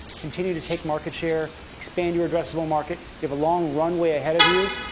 continue to take market share, expand your addressable market, give a long runway ahead of you,